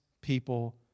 people